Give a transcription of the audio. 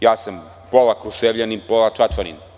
Ja sam pola Kruševljanin, a pola Čačanin.